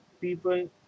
people